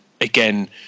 again